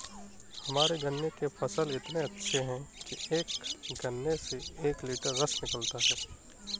हमारे गन्ने के फसल इतने अच्छे हैं कि एक गन्ने से एक लिटर रस निकालता है